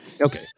Okay